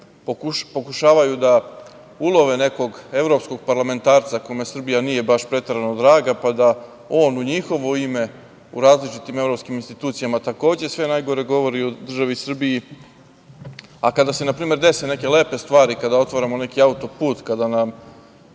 državi. Pokušavaju da ulove, nekog evropskog parlamentarca, kome Srbija nije baš preterano draga, pa da on u njihovo ime, u različitim evropskim institucijama, takođe sve najgore govori o državi Srbiji, a kada se na primer dese neke lepe stvari, kada otvaramo neki autoput, kada nam